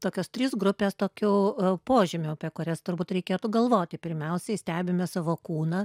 tokios trys grupės tokių požymių apie kurias turbūt reikėtų galvoti pirmiausiai stebime savo kūną